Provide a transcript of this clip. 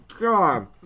God